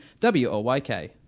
WOYK